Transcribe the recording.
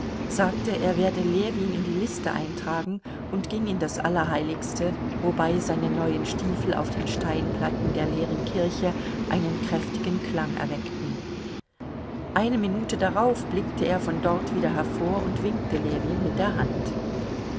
sagte er werde ljewin in die liste eintragen und ging in das allerheiligste wobei seine neuen stiefel auf den steinplatten der leeren kirche einen kräftigen klang erweckten eine minute darauf blickte er von dort wieder hervor und winkte ljewin mit der hand